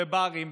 בברים,